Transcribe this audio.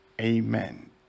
Amen